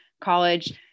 college